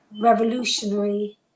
revolutionary